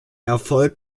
erfolg